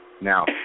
Now